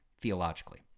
theologically